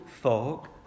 fog